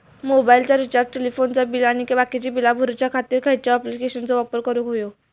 मोबाईलाचा रिचार्ज टेलिफोनाचा बिल आणि बाकीची बिला भरूच्या खातीर खयच्या ॲप्लिकेशनाचो वापर करूक होयो?